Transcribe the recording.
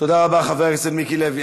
תודה רבה, חבר הכנסת מיקי לוי.